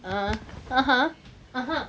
(uh huh) (uh huh)